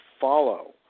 follow